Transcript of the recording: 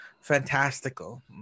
fantastical